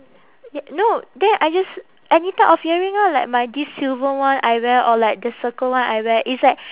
y~ no then I just any type of earring orh like my this silver one I wear or like the circle one I wear it's like